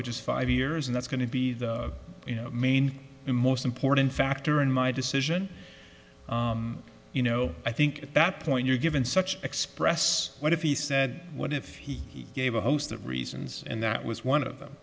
which is five years and that's going to be the you know main the most important factor in my decision you know i think at that point you're given such express what if he said what if he gave a host of reasons and that was one of them